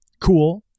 Cool